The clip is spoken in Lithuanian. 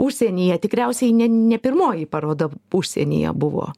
užsienyje tikriausiai ne ne pirmoji paroda užsienyje buvo